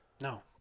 No